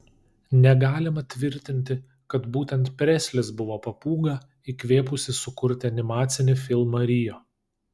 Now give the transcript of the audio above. negalima tvirtinti kad būtent preslis buvo papūga įkvėpusi sukurti animacinį filmą rio